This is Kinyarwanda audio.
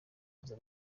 aza